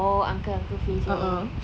oh uncle uncle face macam gini